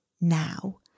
now